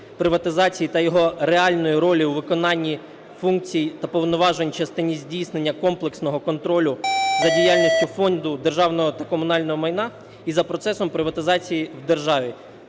приватизації та його реальної ролі у виконанні функцій та повноважень в частині здійснення комплексного контролю за діяльністю фонду державного та комунального майна і за процесом приватизації в державі,